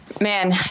man